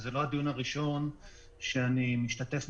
זה לא יכול להיות שאין עוסקים,